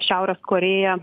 šiaurės korėja